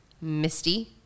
Misty